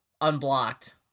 unblocked